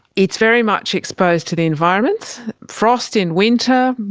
it's very much exposed to the environment frost in winter,